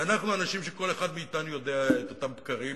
ואנחנו אנשים שכל אחד מאתנו יודע את אותם בקרים.